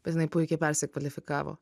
bet jinai puikiai persikvalifikavo